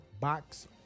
box